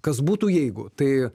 kas būtų jeigu tai